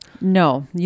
No